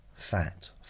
Fat